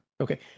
Okay